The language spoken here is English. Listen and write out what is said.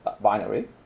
binary